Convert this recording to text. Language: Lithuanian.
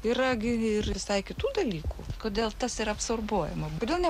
yra gi ir visai kitų dalykų kodėl tas ir absorbuojama kodėl ne